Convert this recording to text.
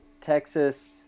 Texas